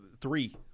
Three